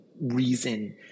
Reason